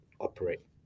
operate